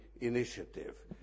Initiative